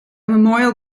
memorial